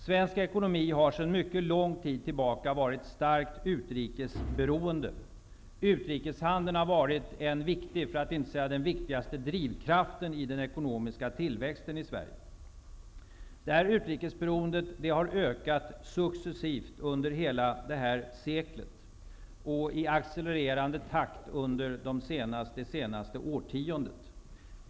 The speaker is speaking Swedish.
Svensk ekonomi har sedan mycket lång tid tillbaka varit starkt utrikesberoende. Utrikeshandeln har varit en viktig drivkraft, för att inte säga den viktigaste, i den ekonomiska tillväxten i Sverige. Detta utrikesberoende har ökat successivt under hela detta sekel och i accelererande takt under det senaste årtiondet.